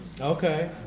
Okay